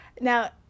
Now